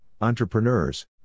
entrepreneurs